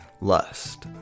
lust